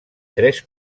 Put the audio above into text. tres